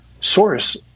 source